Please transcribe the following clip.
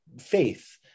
faith